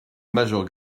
major